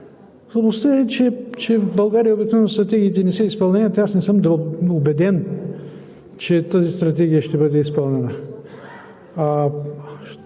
Слабостта е, че в България обикновено стратегиите не се изпълняват. Не съм убеден, че тази стратегия ще бъде изпълнена.